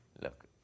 Look